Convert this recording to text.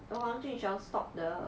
the 黄俊雄 stop the